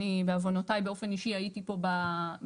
אני בעוונותיי באופן אישי הייתי פה בישיבה,